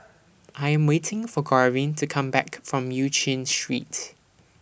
I Am waiting For Garvin to Come Back from EU Chin Street